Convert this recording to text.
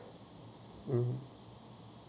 mm